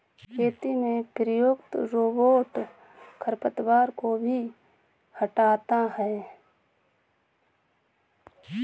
खेती में प्रयुक्त रोबोट खरपतवार को भी हँटाता है